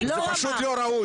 לא רמה.